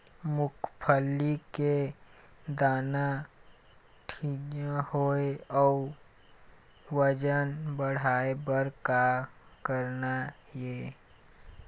मूंगफली के दाना ठीन्ना होय अउ वजन बढ़ाय बर का करना ये?